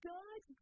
God